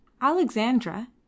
Alexandra